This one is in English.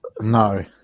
No